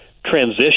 transition